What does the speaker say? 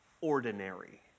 ordinary